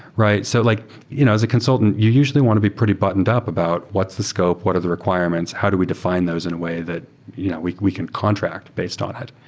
so like you know as a consultant, you usually want to be pretty buttoned up about what's the scope, what are the requirements? how do we define those in a way that you know we we can contract based on it?